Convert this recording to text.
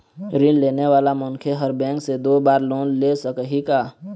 ऋण लेने वाला मनखे हर बैंक से दो बार लोन ले सकही का?